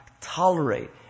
tolerate